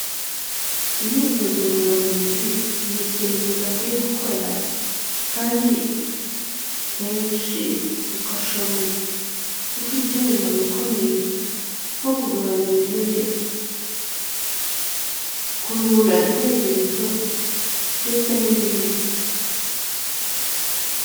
Imyitozo ngororamubiri ni ikintu umuntu akwiye gukora kandi kenshi ukoshoboye; kuko igira umumaro ukomeye nko kugabanya ibure, kuruhura intekerezo ndetse n'ibindi.